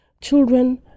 children